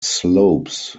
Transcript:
slopes